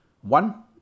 One